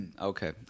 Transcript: Okay